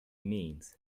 means